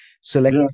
select